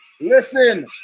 Listen